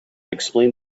explained